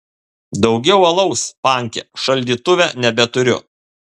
daugiau alaus panke šaldytuve nebeturiu